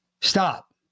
Stop